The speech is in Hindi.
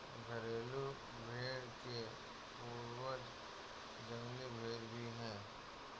घरेलू भेंड़ के पूर्वज जंगली भेंड़ ही है